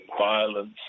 violence